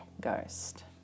ghost